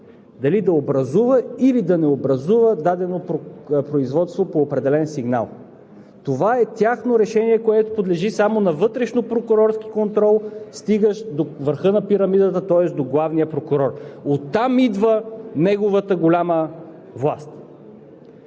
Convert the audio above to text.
дали да образува, или да не образува дадено производство по определен сигнал. Това е тяхно решение, което подлежи само на вътрешнопрокурорски контрол, стигащ до върха на пирамидата, тоест до главния прокурор. Оттам идва неговата голяма власт.